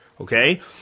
Okay